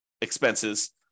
expenses